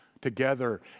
together